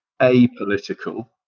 apolitical